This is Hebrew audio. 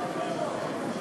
רבותי,